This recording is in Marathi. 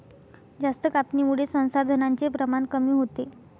जास्त कापणीमुळे संसाधनांचे प्रमाण कमी होते